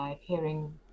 hearing